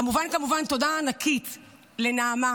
כמובן כמובן, תודה ענקית לנעמה